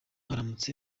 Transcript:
haramutse